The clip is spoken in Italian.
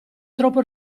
troppo